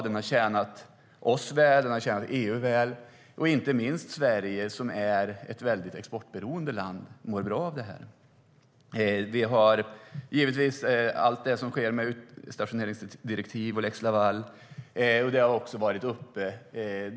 Den har tjänat oss väl, och den har tjänat EU väl. Inte minst Sverige, som är ett exportberoende land, mår bra av det här. Allt det som sker med utstationeringsdirektiv och lex Laval har också varit uppe.